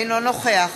אינו נוכח